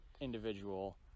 individual